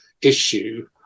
issue